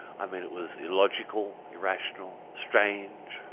i mean it was illogical, irrational, strange,